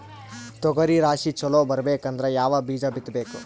ತೊಗರಿ ರಾಶಿ ಚಲೋ ಬರಬೇಕಂದ್ರ ಯಾವ ಬೀಜ ಬಿತ್ತಬೇಕು?